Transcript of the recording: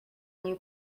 new